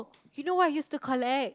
you know what I use to collect